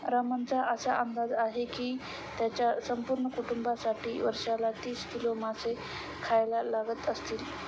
रमणचा असा अंदाज आहे की त्याच्या संपूर्ण कुटुंबासाठी वर्षाला तीस किलो मासे खायला लागत असतील